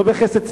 לא בחסד,